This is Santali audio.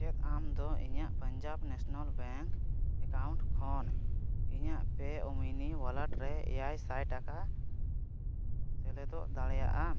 ᱪᱮᱫ ᱟᱢᱫᱚ ᱤᱧᱟᱹᱜ ᱯᱟᱧᱡᱟᱵᱽ ᱱᱮᱥᱱᱮᱞ ᱵᱮᱝᱠ ᱮᱠᱟᱣᱩᱱᱴ ᱠᱷᱚᱱ ᱤᱧᱟᱹᱜ ᱯᱮᱭ ᱤᱭᱩᱢᱟᱱᱤ ᱚᱣᱟᱞᱮᱴ ᱨᱮ ᱮᱭᱟᱭ ᱥᱟᱭ ᱴᱟᱠᱟ ᱥᱮᱞᱮᱫ ᱫᱟᱲᱮᱭᱟᱜᱼᱟ